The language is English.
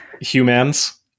humans